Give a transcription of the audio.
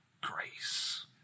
Grace